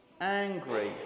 angry